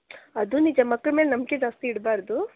ಅದು ನಿಜ ಮಕ್ಕಳ ಮೇಲೆ ನಂಬಿಕೆ ಜಾಸ್ತಿ ಇಡಬಾರದು